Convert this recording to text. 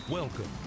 Welcome